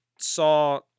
saw